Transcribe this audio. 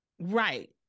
right